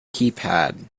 keypad